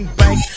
bank